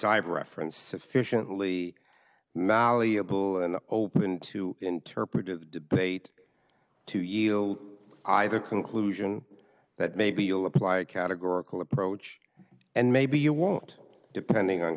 i've referenced sufficiently malleable and open to interpret the debate to yield either conclusion that maybe you'll apply a categorical approach and maybe you won't depending on